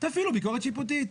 תפעילו ביקורת שיפוטית,